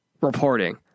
reporting